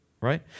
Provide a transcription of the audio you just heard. right